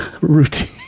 routine